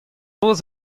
penaos